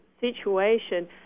situation